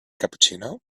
cappuccino